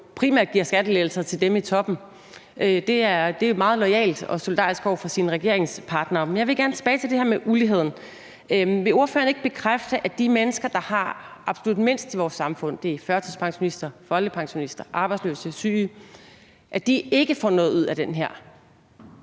primært giver skattelettelser til dem i toppen. Det er jo meget loyalt og solidarisk over for sine regeringspartere. Men jeg vil gerne tilbage til det her med uligheden. Vil ordføreren ikke bekræfte, at de mennesker, der absolut har mindst i vores samfund – det er førtidspensionister, folkepensionister, arbejdsløse og syge – ikke får noget ud af den her